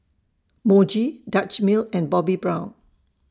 Muji Dutch Mill and Bobbi Brown